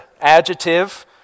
adjective